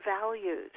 values